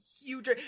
huge